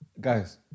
guys